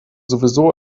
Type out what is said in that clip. sowieso